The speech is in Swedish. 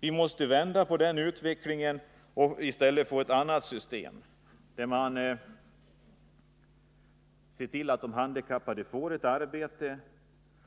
Vi måste vända på den utvecklingen och istället få ett annat system, där man ser till att de handikappade får ett arbete